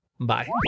Bye